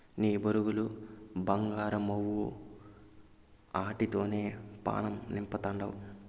నీ బొరుగులు బంగారమవ్వు, ఆటితోనే పానం నిలపతండావ్